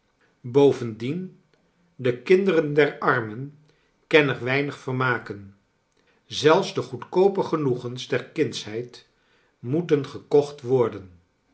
bovendien de kinderen der armen kennen weinig vermaken zelfs de goedkoope genoegens der kindsheid moeten gekocht worden